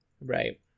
Right